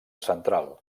central